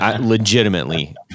legitimately